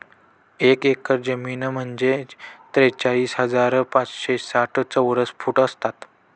एक एकर जमीन म्हणजे त्रेचाळीस हजार पाचशे साठ चौरस फूट असतात